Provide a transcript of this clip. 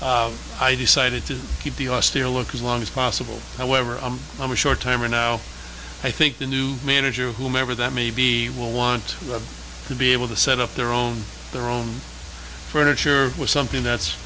i decided to keep the austere look as long as possible however i'm a short timer now i think the new manager whomever that may be will want to be able to set up their own their own furniture with something that's